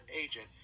agent